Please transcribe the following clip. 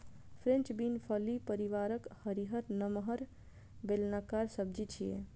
French bean फली परिवारक हरियर, नमहर, बेलनाकार सब्जी छियै